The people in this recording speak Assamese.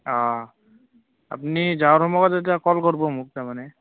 অঁ আপুনি যোৱাৰ সময়ত এটা কল কৰিব মোক তাৰমানে